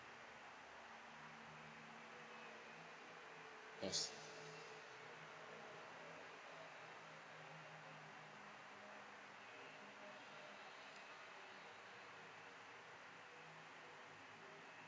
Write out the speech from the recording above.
yes